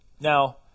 Now